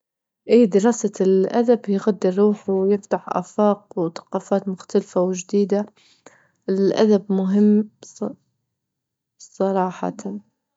إيه دراسة الأدب يغدي الروح ويفتح آفاق وثقافات مختلفة وجديدة، الأدب مهم ص- صراحة.